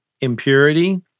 impurity